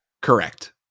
Correct